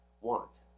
want